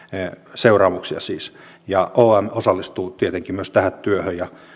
seuraamuksia siis ja om osallistuu tietenkin myös tähän työhön